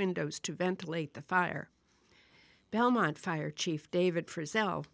windows to ventilate the fire belmont fire chief david present